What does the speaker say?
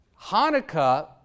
Hanukkah